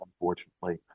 unfortunately